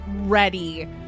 ready